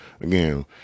Again